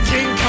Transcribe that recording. King